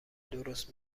درست